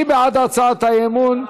מי בעד הצעת האי-אמון?